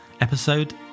episode